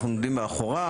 אנחנו עומדים מאחוריו,